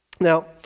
Now